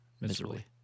miserably